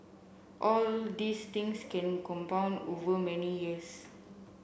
all these things can compound over many years